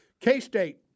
K-State